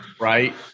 right